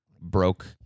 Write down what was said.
broke